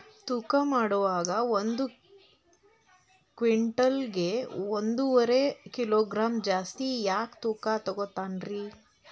ತೂಕಮಾಡುವಾಗ ಒಂದು ಕ್ವಿಂಟಾಲ್ ಗೆ ಒಂದುವರಿ ಕಿಲೋಗ್ರಾಂ ಜಾಸ್ತಿ ಯಾಕ ತೂಗ್ತಾನ ರೇ?